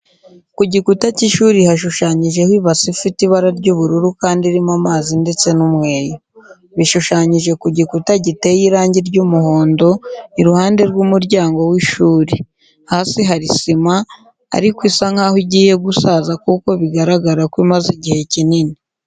Ku gikuta cy'ishuri hashushanyijeho ibase ifite ibara ry'ubururu kandi irimo amazi ndetse n'umweyo. Bishushanyije ku gikuta giteye irangi ry'umuhondo, iruhande rw'umuryango w'ishuri. Hasi hari sima ariko isa nkaho igiye gusaza kuko biragaragara ko imaze igihe kinini.